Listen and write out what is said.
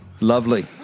Lovely